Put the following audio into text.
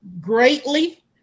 greatly